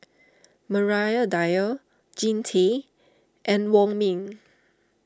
Maria Dyer Jean Tay and Wong Ming